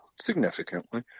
significantly